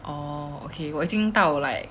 orh okay 我已经到